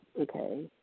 Okay